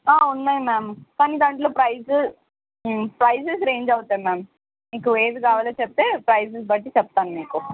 ఉన్నాయి మ్యామ్ కానీ దాంట్లో ప్రైస్ ప్రైసెస్ రేంజ్ అవుతాయి మ్యామ్ మీకు ఏది కావాలో చెప్తే ప్రైస్ని బట్టి చెప్తాను మీకు